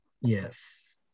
Yes